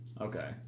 Okay